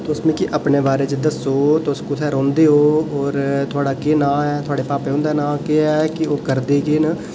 तुस मिगी अपने बारे च दस्सो तुस कुत्थै रौंह्दे ओ होर थुआढ़ा केह् नांऽ ऐ थुआढ़े भापै होंदा नांऽ केह् ऐ ते ओह् करदे केह् न